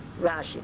Rashi